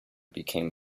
became